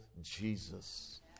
Jesus